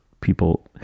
people